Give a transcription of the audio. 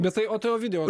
bet tai o tai ovidijau